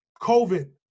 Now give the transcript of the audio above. COVID